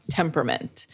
temperament